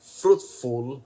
fruitful